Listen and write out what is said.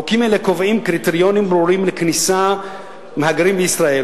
חוקים אלו אינם קובעים קריטריונים ברורים לכניסת מהגרים לישראל,